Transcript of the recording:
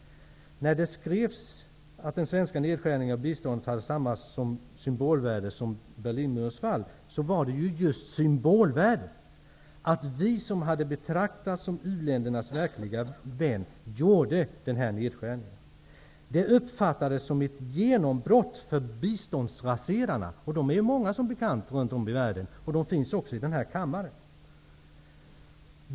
När det skrevs att den svenska nedskärningen av biståndet hade samma symbolvärde som Berlinmurens fall, var det just symbolvärdet det handlade om. Vi, som hade betraktats som u-ländernas verkliga vän, gjorde denna nedskärning. Det uppfattades som ett genombrott för biståndsraserarna. De är som bekant många runt om i världen. De finns också i denna kammare.